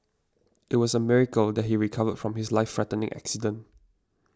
there was a miracle that he recovered from his life threatening accident